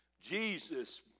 Jesus